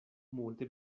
multe